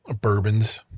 bourbons